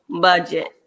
budget